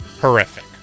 horrific